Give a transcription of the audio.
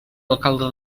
alcalde